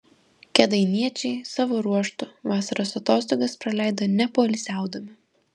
kėdainiečiai savo ruožtu vasaros atostogas praleido nepoilsiaudami